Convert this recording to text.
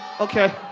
Okay